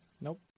Nope